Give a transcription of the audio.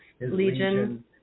Legion